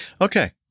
Okay